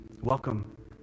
Welcome